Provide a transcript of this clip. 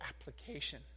application